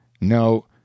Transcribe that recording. No